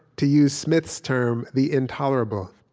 to use smith's term, the intolerable